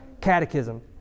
catechism